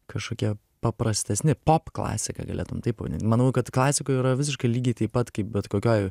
kažkokie paprastesni pop klasika galėtum taip pavadint manau kad klasikoj yra visiškai lygiai taip pat kaip bet kokioj